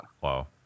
Wow